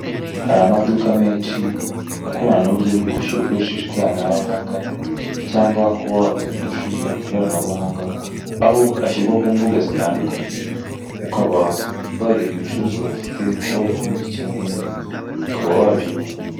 Hari amaduka menshi akorana n'uburyo bwo kwishyura ukoresheje ikoranabuhanga cyangwa kuba wagura ibicuruza kw'ikoranabuhanga, aho bishyirwa ku mbuga zitandukanye ukaba wareba ibicuruzwa bafite ukaba wahitamo ibyo ukeneye ukaba wabigura.